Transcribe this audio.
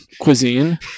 Cuisine